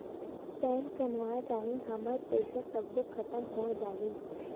Pan गंवा जाही हमर पईसा सबो खतम हो जाही?